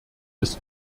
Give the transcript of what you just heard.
ist